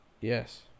Yes